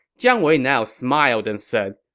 jiang wei now smiled and said,